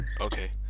Okay